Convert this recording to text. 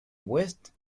west